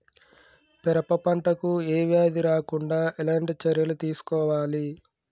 పెరప పంట కు ఏ వ్యాధి రాకుండా ఎలాంటి చర్యలు తీసుకోవాలి?